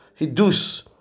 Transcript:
Hidus